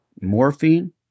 morphine